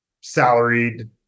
salaried